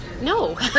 no